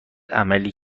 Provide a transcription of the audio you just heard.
عملی